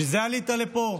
בשביל זה עלית לפה,